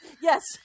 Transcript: yes